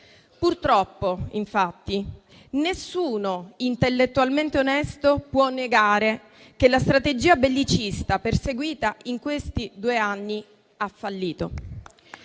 Purtroppo, infatti, nessuno intellettualmente onesto può negare che la strategia bellicista perseguita in questi due anni abbia fallito.